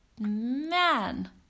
man